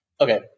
Okay